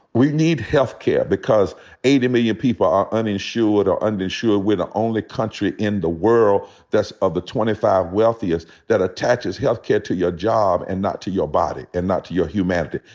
we need healthcare because eighty million people are uninsured or under-insured. we're the only country in the world, that's of the twenty fifth wealthiest, that attaches healthcare to your job and not to your body and not to your humanity.